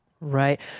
Right